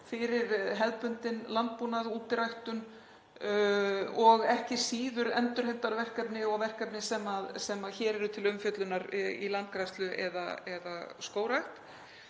fyrir hefðbundinn landbúnað og útiræktun og ekki síður endurheimtarverkefni og verkefni sem hér eru til umfjöllunar í landgræðslu eða skógrækt.